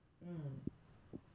mm